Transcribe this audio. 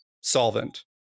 solvent